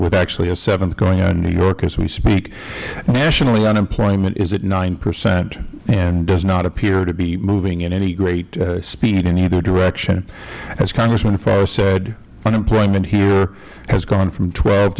with actually a seventh going on in new york as we speak nationally unemployment is at nine percent and does not appear to be moving in any great speed in either direction as congressman farr said unemployment here has gone from twelve